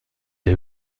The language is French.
les